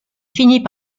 finit